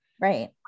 Right